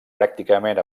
pràcticament